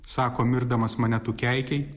sako mirdamas mane tu keikei